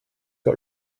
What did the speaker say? got